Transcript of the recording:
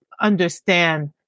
understand